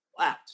out